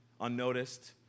unnoticed